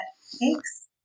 thanks